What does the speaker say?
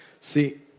See